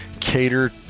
cater